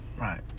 right